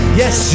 yes